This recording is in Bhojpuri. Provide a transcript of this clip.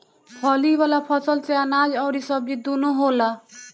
फली वाला फसल से अनाज अउरी सब्जी दूनो होला